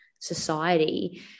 society